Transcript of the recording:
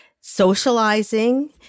socializing